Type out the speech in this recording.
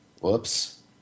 Whoops